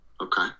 okay